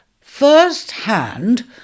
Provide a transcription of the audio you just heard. First-hand